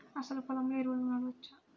అసలు పొలంలో ఎరువులను వాడవచ్చా?